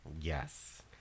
Yes